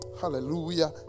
hallelujah